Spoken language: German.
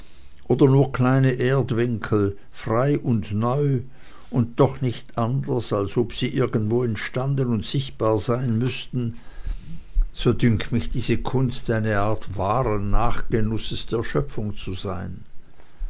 oder nur kleine erdwinkel frei und neu und doch nicht anders als ob sie irgendwo entstanden und sichtbar sein müßten so dünkt mich diese kunst eine art wahren nachgenusses der schöpfung zu sein